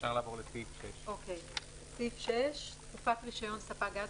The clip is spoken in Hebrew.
אפשר לעבור לסעיף 6. תקופת רישיון ספק גז